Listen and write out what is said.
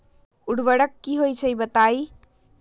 उर्वरक की होई छई बताई?